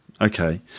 Okay